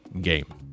game